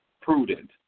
prudent